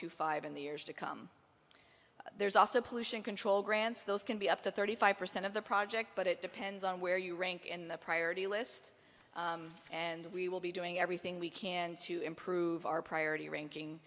two five in the years to come there's also pollution control grants those can be up to thirty five percent of the project but it depends on where you rank in the priority list and we will be doing everything we can to improve our priority ranking